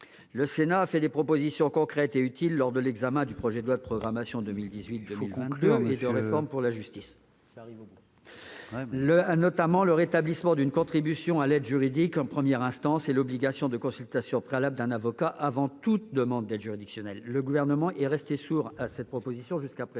Le Sénat a fait des propositions concrètes et utiles lors de l'examen du projet de loi de programmation 2018-2022 et de réforme pour la justice. Veuillez conclure. Il a notamment proposé le rétablissement d'une contribution à l'aide juridique en première instance et l'instauration de l'obligation de consultation préalable d'un avocat avant toute demande d'aide juridictionnelle. Le Gouvernement est resté sourd à ces propositions jusqu'à